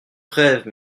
brève